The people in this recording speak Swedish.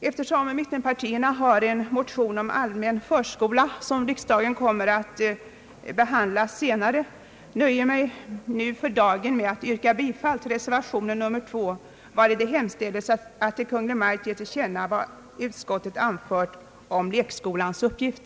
Eftersom mittenpartierna har väckt en motion om allmän förskola som riksdagen senare kommer att behandla, nöjer jag mig för dagen med att yrka bifall till reservationen, vari hemställes att riksdagen skall ge Kungl. Maj:t till känna vad utskottet anfört om lekskolans uppgift.